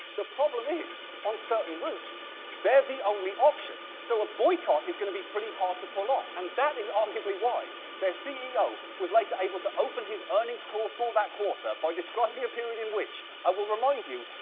the problem is on certain routes they're the only option. so, a boycott is gonna be pretty hard to pull-off, and that is arguably why their ceo was like later able to open his earnings call for that quarter, by describing a period in which, i will remind you,